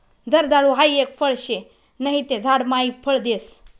जर्दाळु हाई एक फळ शे नहि ते झाड मायी फळ देस